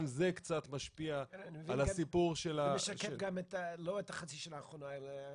גם זה קצת משפיע על -- זה משקף לא רק את החצי שנה האחרונה אלא...